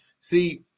See